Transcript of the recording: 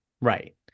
right